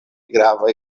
gravaj